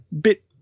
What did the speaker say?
bit